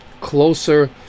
closer